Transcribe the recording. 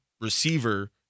receiver